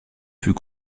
fut